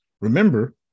Remember